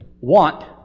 want